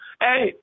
Hey